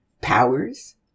powers